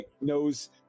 knows